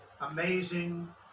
amazing